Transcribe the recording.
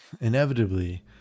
Inevitably